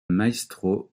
maestro